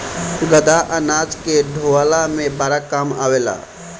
गदहा अनाज के ढोअला में बड़ा काम आवेला